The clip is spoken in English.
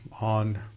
on